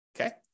okay